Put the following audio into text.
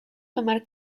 tomar